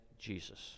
Jesus